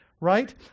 right